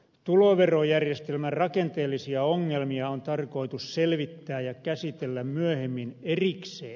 tuloverojärjestelmän rakenteellisia ongelmia on tarkoitus selvittää ja käsitellä myöhemmin erikseen